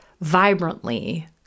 vibrantly